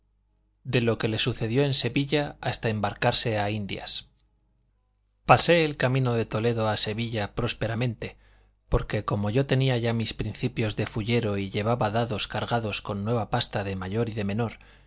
de lo que le sucedió en sevilla hasta embarcarse a indias pasé el camino de toledo a sevilla prósperamente porque como yo tenía ya mis principios de fullero y llevaba dados cargados con nueva pasta de mayor y de menor